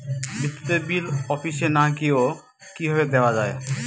বিদ্যুতের বিল অফিসে না গিয়েও কিভাবে দেওয়া য়ায়?